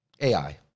AI